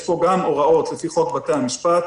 יש פה גם הוראות לפי חוק בתי המשפט,